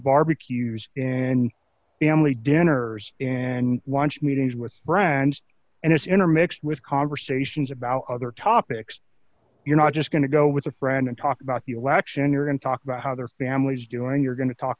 barbecues and family dinners and watch meetings with friends and it's intermixed with conversations about other topics you're not just going to go with a friend and talk about the election you're going to talk about how their family's doing you're going to talk